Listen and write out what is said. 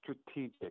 strategic